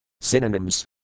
Synonyms